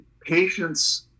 patients